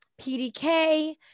PDK